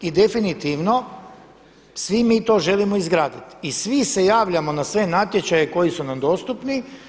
I definitivno svi mi to želimo izgraditi i svi se javljamo na sve natječaje koji su nam dostupni.